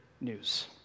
news